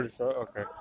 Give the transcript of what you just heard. Okay